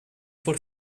for